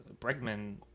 Bregman